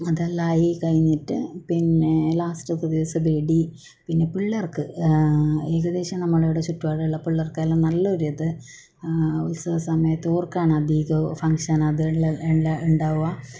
അതെല്ലാം ആയികഴിഞ്ഞിട്ട് പിന്നെ ലാസ്റ്റിത്തെ ദിവസം വെടി പിന്നെ പിള്ളേർക്ക് ഏകദേശം നമ്മളെ ഇവിടെ ചുറ്റുപാടുമുള്ള പിള്ളേർക്കെല്ലാം നല്ല ഒരു ഇത് ഉത്സവസമയത്ത് ഓർക്കാണ് അധികം ഫംഗ്ഷൻ അതെല്ലാം എല്ലാം ഉണ്ടാവുക